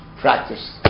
practice